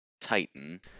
Titan